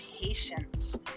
patience